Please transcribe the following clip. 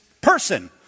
person